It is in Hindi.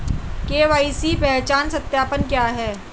के.वाई.सी पहचान सत्यापन क्या है?